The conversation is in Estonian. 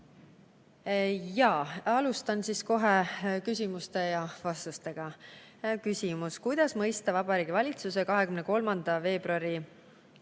Alustan siis kohe küsimuste ja vastustega. Küsimus: "Kuidas mõista Vabariigi Valitsuse 23. veebruari